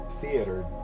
theater